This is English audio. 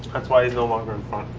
that's why he's no longer in front.